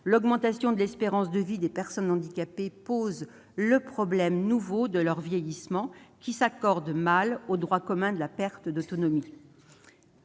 L'augmentation de l'espérance de vie des personnes handicapées pose le problème nouveau de leur vieillissement qui s'accorde mal au droit commun de la perte d'autonomie